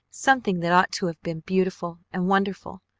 something that ought to have been beautiful and wonderful,